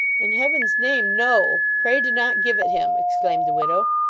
in heaven's name, no. pray do not give it him exclaimed the widow.